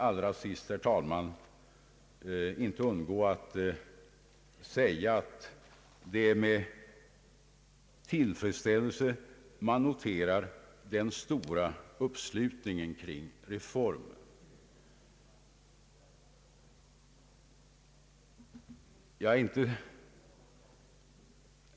Allra sist, herr talman, vill jag säga att det är med tillfredsställelse jag noterar den stora uppslutningen kring reformen.